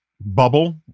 bubble